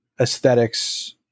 aesthetics